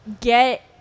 get